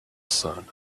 sun